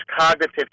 cognitive